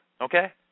Okay